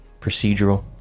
procedural